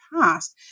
past